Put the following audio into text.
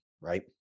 right